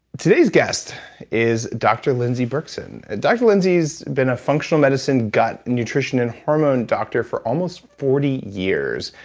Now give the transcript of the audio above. today's guest is dr lindsey berkson. dr. lindsey's been a functional medicine gut nutrition and hormone doctor for almost forty years.